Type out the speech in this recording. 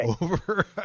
over